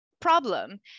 problem